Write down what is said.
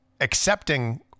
accepting